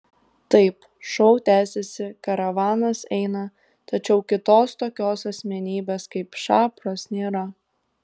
taip šou tęsiasi karavanas eina tačiau kitos tokios asmenybės kaip šapras nėra